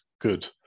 good